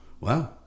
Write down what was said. wow